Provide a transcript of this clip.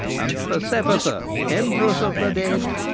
and persephassa, empress of the dead.